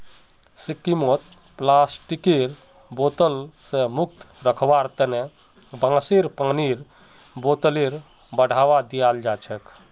सिक्किमत प्लास्टिकेर बोतल स मुक्त रखवार तना बांसेर पानीर बोतलेर बढ़ावा दियाल जाछेक